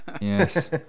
yes